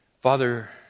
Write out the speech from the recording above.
Father